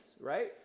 right